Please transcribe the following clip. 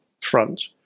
front